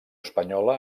espanyola